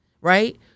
right